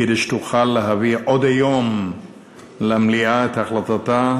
כדי שתוכל להביא עוד היום למליאה את החלטתה,